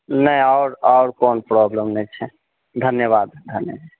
नहि आओर आओर कोन प्रॉब्लम नहि छै धन्यवाद धन्य